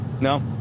No